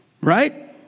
Right